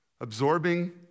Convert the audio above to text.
Absorbing